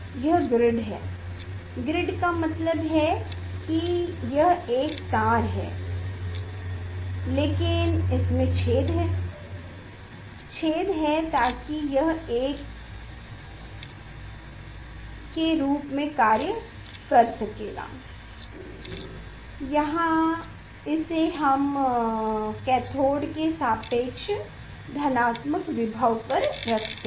यह ग्रिड है ग्रिड का मतलब है कि यह एक तार है लेकिन इसमें छेद हैं छेद है ताकि यह एक के रूप में कार्य करेगा यहां इसे हम कैथोड के सापेक्ष इसे धनात्मक विभव पर रखते हैं